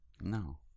No